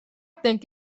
think